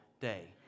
day